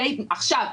עכשיו,